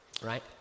right